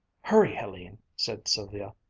hurry, helene, said sylvia.